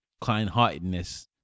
kind-heartedness